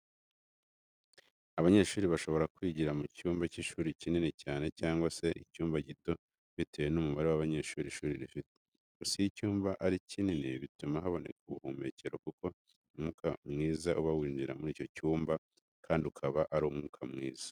Abanyeshuri bashobora kwigira mu cyumba cy'ishuri kinini cyane cyangwa se icyumba gito bitewe n'umubare w'abanyeshuri ishuri rifite. Gusa iyo icyumba ari kinini bituma haboneka ubuhumekero kuko umwuka mwiza uba winjira muri icyo cyumba kandi ukaba ari umwuka mwiza.